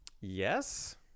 Yes